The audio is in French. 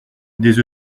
des